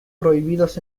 prohibidos